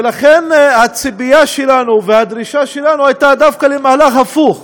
ולכן הציפייה שלנו והדרישה שלנו הייתה דווקא למהלך הפוך,